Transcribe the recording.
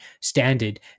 standard